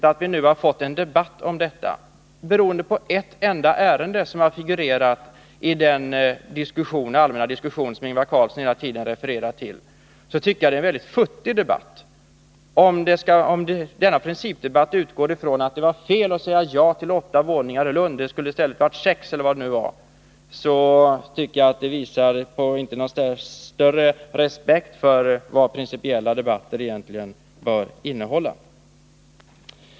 Har vi nu fått en debatt om detta, beroende på ett enda ärende som har figurerat i den allmänna diskussion som Ingvar Carlsson hela tiden refererar till, så tycker jag att debatten blir väldigt ”futtig” om man i denna principdebatt skall utgå från att det var fel att säga ja till nio våningar i stället för sju när det gäller projektet i Lund. Det visar inte på någon större respekt för vad principiella debatter egentligen bör innehålla.